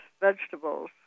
vegetables